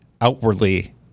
outwardly